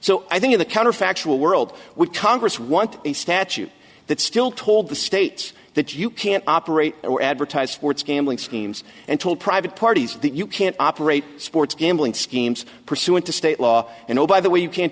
so i think the counterfactual world would congress want a statute that still told the states that you can't operate or advertised sports gambling schemes and told private parties that you can't operate sports gambling schemes pursuant to state law and oh by the way you can't